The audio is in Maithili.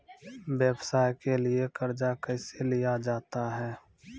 व्यवसाय के लिए कर्जा कैसे लिया जाता हैं?